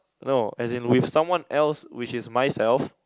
no as in with someone else which is myself